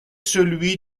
celui